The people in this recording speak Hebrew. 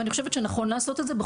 ואני חושבת שנכון לעשות את זה,